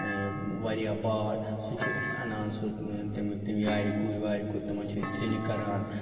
واریاہ باڑ سُہ چھِ أسۍ اَنان سُہ تِم تِم یارِ کُلۍ وارِ کُلۍ تِمَن چھِ أسۍ ژِنہِ کَران